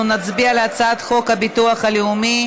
אנחנו נצביע על הצעת חוק הביטוח הלאומי